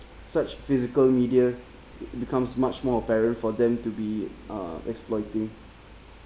such physical media becomes much more apparent for them to be uh exploiting